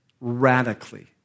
radically